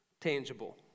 tangible